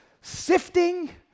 Sifting